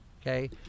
okay